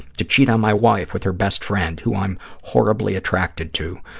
to cheat on my wife with her best friend, who i'm horribly attracted to,